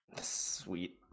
Sweet